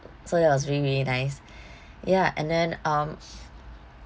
so that was really really nice ya and then um